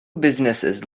businesses